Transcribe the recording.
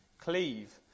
Cleave